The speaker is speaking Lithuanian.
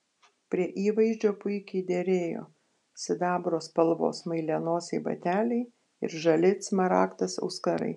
prie įvaizdžio puikiai derėjo sidabro spalvos smailianosiai bateliai ir žali it smaragdas auskarai